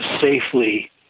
safely